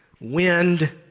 wind